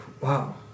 wow